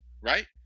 right